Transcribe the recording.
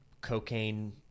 cocaine